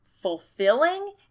fulfilling